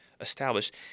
established